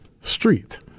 street